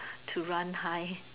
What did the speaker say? to run high